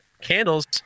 candles